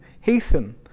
hasten